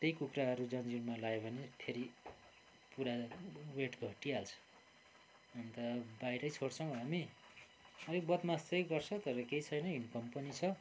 त्यही कुखुराहरू जन्जिरमा लगायो भने फेरि पुरा वेट घटिहाल्छ अन्त बाहिरै छोड्छौँ हामी अलिक बदमास चाहिँ गर्छ तर केही छैन इन्कम पनि छ